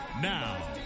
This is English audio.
Now